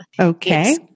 Okay